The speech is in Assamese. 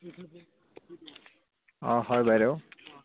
অঁ হয় বাইদেউ